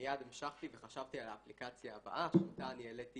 מייד המשכתי וחשבתי על האפליקציה הבאה שאותה העליתי